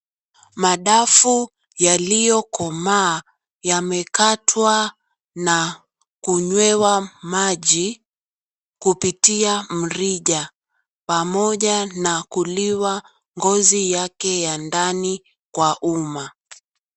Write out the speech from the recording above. Madafu yaliyokomaa yamekatwa na kunywewa maji, kupitia mrija pamoja na kuliwa ngozi yake ya ndani kwa uma.